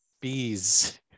bees